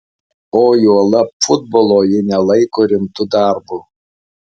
o juolab futbolo ji nelaiko rimtu darbu